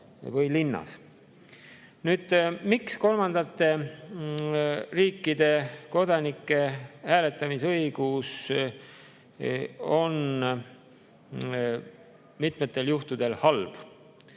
või linnas. Nüüd, miks kolmandate riikide kodanike hääletamisõigus on mitmetel juhtudel halb?